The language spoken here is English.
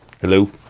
Hello